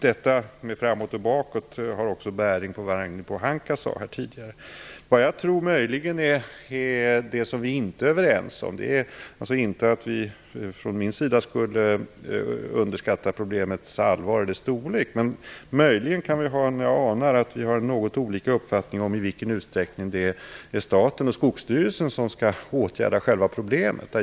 Det här med framåt och bakåt har också bäring på det som Ragnhild Pohanka sade här tidigare. Vad vi möjligen inte är överens om är - det är alltså inte så att jag skulle underskatta problemets allvar eller storlek - i vilken utsträckning staten och Skogsstyrelsen skall åtgärda själva problemet.